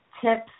tips